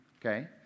okay